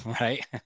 right